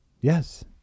Yes